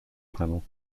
panel